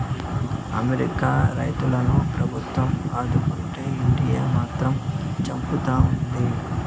America రైతులను ప్రభుత్వం ఆదుకుంటే ఇండియా మాత్రం చంపుతా ఉండాది